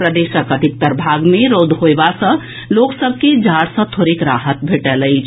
प्रदेशक अधिकतर भाग मे रौद होएबा सॅ लोक सभ के जाड़ सॅ थोड़ेक राहत भेटल अछि